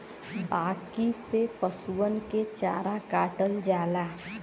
बांकी से पसुअन के चारा काटल जाला